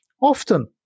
Often